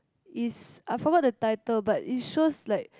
is I forgot the title but is shows like